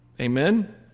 Amen